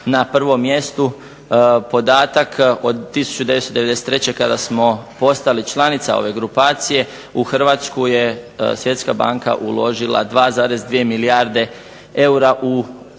na prvom mjestu podatak od 1993. kada smo postali članica ove grupacije, u Hrvatsku je Svjetska banka uložila 2,2 milijarde eura u 48